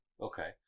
Okay